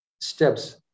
steps